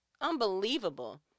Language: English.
unbelievable